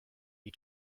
you